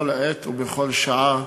בכל עת ובכל שעה,